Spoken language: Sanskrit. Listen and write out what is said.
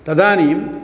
तदानीं